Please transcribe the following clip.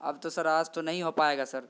اب تو سر آج تو نہیں ہو پائے گا سر